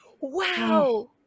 wow